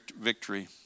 victory